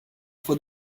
for